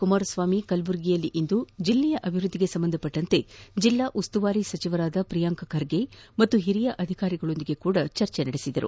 ಕುಮಾರಸ್ನಾಮಿ ಕಲಬುರಗಿಯಲ್ಲಿಂದು ಚಲ್ಲೆಯ ಅಭಿವೃದ್ಲಿಗೆ ಸಂಬಂಧಿಸಿದಂತೆ ಜಿಲ್ಲಾ ಉಸ್ತುವಾರಿ ಸಚಿವರಾದ ಪ್ರಿಯಾಂಕ ಖರ್ಗೆ ಹಾಗೂ ಹಿರಿಯ ಅಧಿಕಾರಿಗಳೊಂದಿಗೂ ಚರ್ಚೆ ನಡೆಸಿದರು